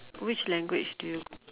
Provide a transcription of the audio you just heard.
which language do you